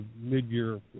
mid-year